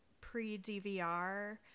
pre-DVR